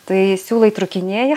tai siūlai trūkinėja